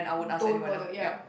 don't bother ya